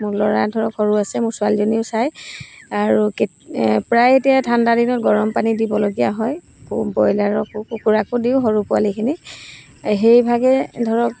মোৰ ল'ৰা ধৰক সৰু হৈ আছে মোৰ ছোৱালীজনীও চাই আৰু প্ৰায় এতিয়া ঠাণ্ডা দিনত গৰম পানী দিবলগীয়া হয় আকৌ ব্ৰইলাৰকো কুকুৰাকো দিওঁ সৰু পোৱালিখিনিক সেইভাগেই ধৰক